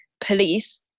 police